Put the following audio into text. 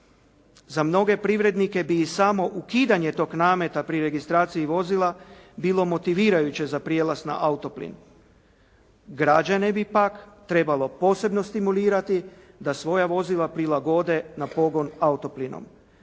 Za mnoge privrednike bi i samo ukidanje tog nameta pri registraciji vozila bilo motivirajuće za prijelaz na autoplin. Građane bi pak trebalo posebno stimulirati da svoja vozila prilagode na pogon autoplinom.